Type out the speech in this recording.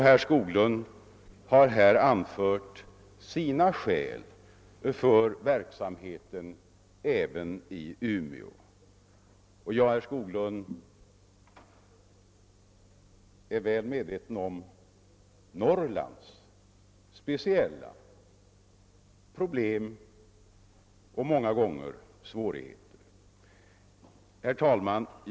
Herr Skoglund har här anfört sina skäl för att verksamheten bör bedrivas även i Umeå, och jag är väl medveten om de speciella problem och de svårigheter som många gånger råder för Norrlands del.